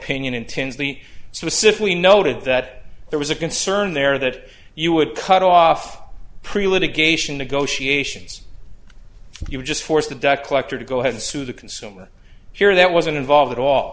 opinion intensely specifically noted that there was a concern there that you would cut off pre litigation negotiations you just force the debt collector to go ahead and sue the consumer here that wasn't involved at all